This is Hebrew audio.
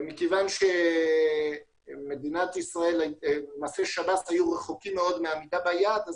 מכיוון ששב"ס היו רחוקים מאוד מעמידה ביעד הזה,